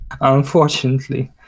Unfortunately